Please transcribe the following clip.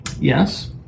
Yes